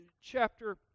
chapter